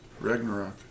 Ragnarok